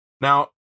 Now